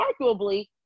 arguably